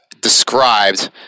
described